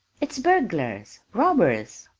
it's burglars robbers!